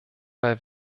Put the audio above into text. bei